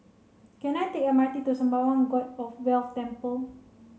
can I take M R T to Sembawang God of Wealth Temple